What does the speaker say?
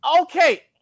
Okay